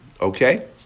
okay